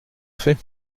fait